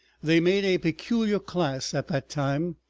they made a peculiar class at that time,